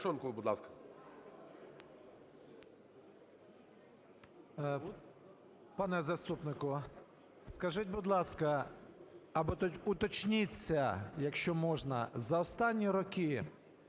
Пане заступнику, скажіть, будь ласка, або уточніться, якщо можна, за останні роки